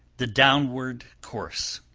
the downward course